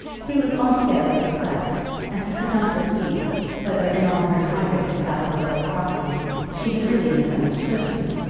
he was altogether perplexed, as he could not perceive whether in all her tirade about the little property she had really misunderstood him,